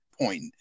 point